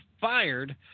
fired